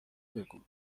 بگو